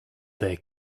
their